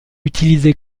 utilisé